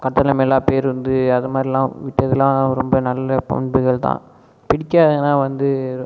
கட்டணமில்லாத பேருந்து அது மாதிரிலாம் இப்ப இதெலாம் ரொம்ப நல்ல பண்புகள் தான் பிடிக்காதுனா வந்து